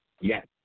Yes